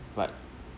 but